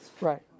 right